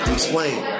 Explain